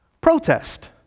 Protest